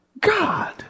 God